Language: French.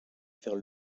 vers